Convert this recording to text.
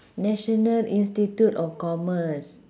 national institute of commerce